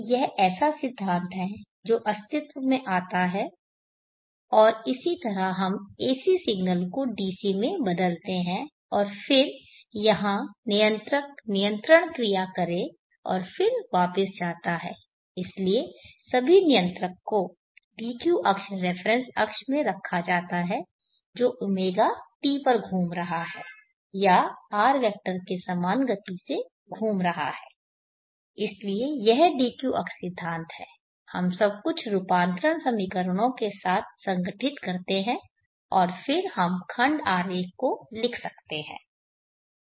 तो यह ऐसा सिद्धांत है जो अस्तित्व में आता है और इसी तरह हम AC सिग्नल को DC में बदलते हैं और फिर यहाँ नियंत्रक नियंत्रण क्रिया करें और फिर वापस जाता है इसलिए सभी नियंत्रक को dq अक्ष रेफरेन्स अक्ष में रखा जाता है जो ɷt पर घूम रहा है या R वेक्टर के समान गति से घूम रहा है इसलिए यह dq अक्ष सिद्धांत है हम कुछ रूपांतरण समीकरणों के साथ संघटित करते हैं और फिर हम खंड आरेख को लिख सकते हैं